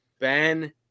Ben